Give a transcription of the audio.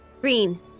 green